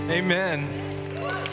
amen